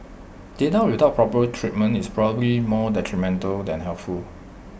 data without proper treatment is probably more detrimental than helpful